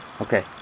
Okay